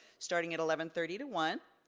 starting at eleven thirty to one